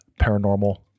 paranormal